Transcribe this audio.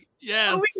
Yes